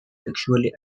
sexually